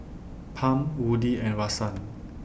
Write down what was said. Pam Woodie and Rahsaan